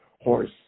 horse